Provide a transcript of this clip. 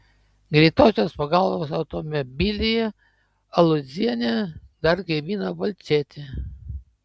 greitosios pagalbos automobilyje alūzienė dar gaivino balčėtį